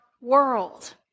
world